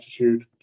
attitude